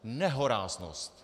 Nehoráznost!